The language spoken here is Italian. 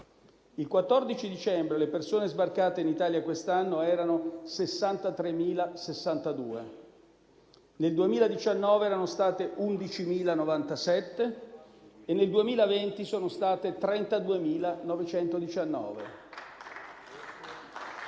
Il 14 dicembre le persone sbarcate in Italia quest'anno erano 63.062, nel 2019 sono state 11.097 e nel 2020 sono state 32.919